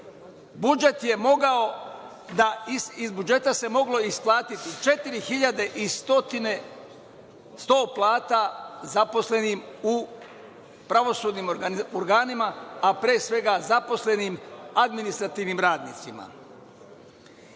taj iznos iz budžeta se moglo isplatiti 4 hiljade i 100 plata zaposlenim u pravosudnim organima, a pre svega zaposlenim administrativnim radnicima.